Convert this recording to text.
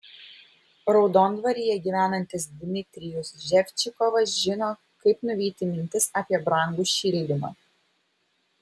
raudondvaryje gyvenantis dmitrijus ževžikovas žino kaip nuvyti mintis apie brangų šildymą